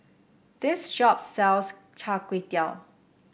this shop sells Char Kway Teow